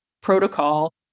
protocol